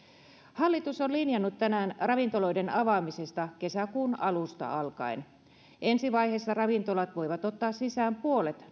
hallitus on linjannut tänään ravintoloiden avaamisesta kesäkuun alusta alkaen ensi vaiheessa ravintolat voivat ottaa sisään puolet